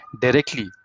directly